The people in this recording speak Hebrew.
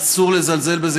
אסור לזלזל בזה.